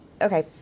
okay